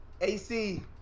AC